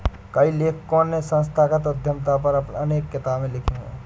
कई लेखकों ने संस्थागत उद्यमिता पर अनेक किताबे लिखी है